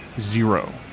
zero